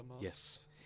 Yes